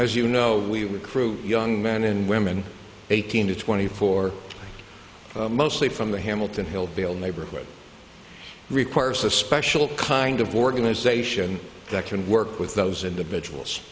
as you know we were crew young men and women eighteen to twenty four mostly from the hamilton hill neighborhood requires a special kind of organization that can work with those individuals